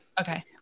Okay